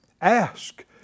Ask